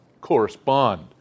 correspond